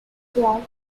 throughout